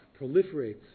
proliferates